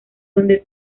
donde